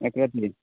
একে ত্ৰিছ